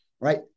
Right